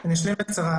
אני אשלים בקצרה.